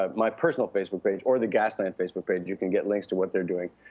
um my personal facebook page or the gasland facebook page you can get links to what they're doing.